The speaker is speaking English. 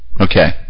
Okay